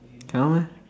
cannot meh